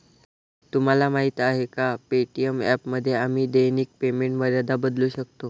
तुम्हाला माहीत आहे का पे.टी.एम ॲपमध्ये आम्ही दैनिक पेमेंट मर्यादा बदलू शकतो?